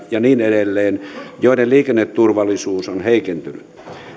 ja niin edelleen joiden liikenneturvallisuus on heikentynyt